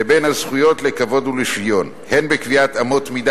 לבין הזכויות לכבוד ולשוויון הן בקביעת אמות מידה